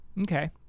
Okay